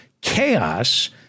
chaos